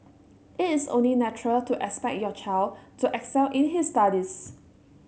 it is only natural to expect your child to excel in his studies